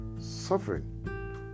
suffering